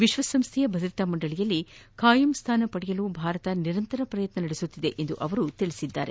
ವಿಶ್ವಸಂಸ್ಥೆಯ ಭದ್ರತಾ ಮಂಡಳಿಯಲ್ಲಿ ಕಾಯಂ ಸ್ವಾನ ಪಡೆಯಲು ಭಾರತ ನಿರಂತರ ಪ್ರಯತ್ನ ನಡೆಸುತ್ತಿದೆ ಎಂದು ಸ್ಪಷ್ಟಪಡಿಸಿದ್ದಾರೆ